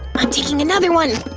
i'm taking another one!